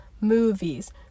movies